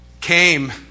came